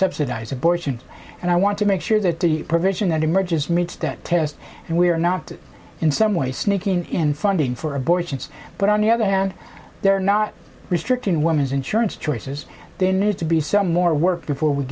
subsidize abortions and i want to make sure that the provision that emerges meets that test and we are not in some way sneaking in funding for abortions but on the other hand they're not restricting women's insurance choices there need to be some more work before we